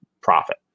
profit